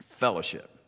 Fellowship